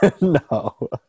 no